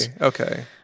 Okay